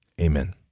Amen